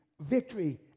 victory